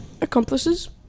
accomplices